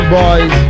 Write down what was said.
boys